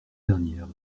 dernière